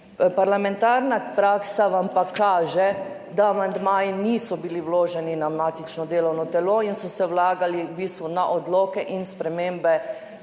Parlamentarna praksa vam pa kaže, da amandmaji niso bili vloženi na matično delovno telo in so se vlagali v bistvu na odloke in spremembe